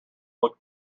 look